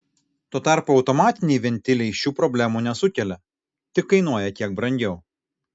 tuo tarpu automatiniai ventiliai šių problemų nesukelia tik kainuoja kiek brangiau